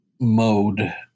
mode